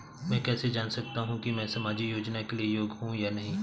मैं कैसे जान सकता हूँ कि मैं सामाजिक योजना के लिए योग्य हूँ या नहीं?